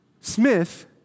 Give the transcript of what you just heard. Smith